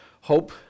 hope